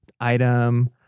item